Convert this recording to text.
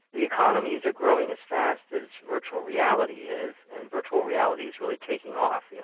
the economies are growing as fast as virtual reality is, and virtual reality is really taking off. you know,